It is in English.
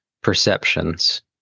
Perceptions